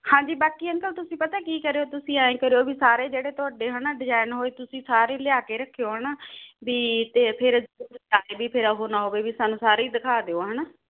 ਹਾਂਜੀ ਬਾਕੀ ਅੰਕਲ ਤੁਸੀਂ ਪਤਾ ਕੀ ਕਰਿਓ ਤੁਸੀਂ ਆਏਂ ਕਰਿਓ ਵੀ ਸਾਰੇ ਜਿਹੜੇ ਤੁਹਾਡੇ ਹੈ ਨਾ ਡਿਜਾਇਨ ਹੋਏ ਤੁਸੀਂ ਸਾਰੇ ਲਿਆ ਕੇ ਰੱਖਿਓ ਹੈ ਨਾ ਵੀ ਅਤੇ ਫਿਰ ਚਾਹੇ ਵੀ ਫਿਰ ਉਹ ਨਾ ਹੋਵੇ ਵੀ ਸਾਨੂੰ ਸਾਰੇ ਦਿਖਾ ਦਿਓ ਹੈ ਨਾ